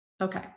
Okay